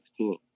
2016